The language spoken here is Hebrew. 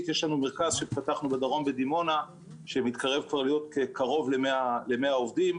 יש לנו מרכז שפתחנו בדרום בדימונה שמתקרב לקרוב ל-100 עובדים,